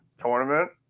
tournament